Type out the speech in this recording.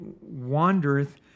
wandereth